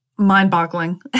mind-boggling